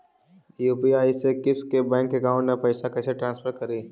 UPI से किसी के बैंक अकाउंट में पैसा कैसे ट्रांसफर करी?